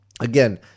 again